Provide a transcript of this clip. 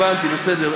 הבנתי, הבנתי, בסדר.